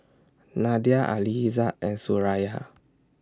Nadia Aizat and Suraya